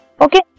Okay